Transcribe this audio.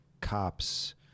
cops